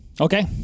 Okay